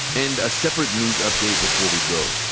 and a separate news update before we go.